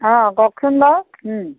অঁ কওকচোন বাৰু